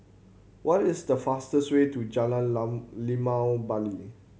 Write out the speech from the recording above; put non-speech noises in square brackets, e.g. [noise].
what is the fastest way to Jalan [unintelligible] Limau Bali